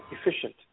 efficient